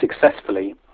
successfully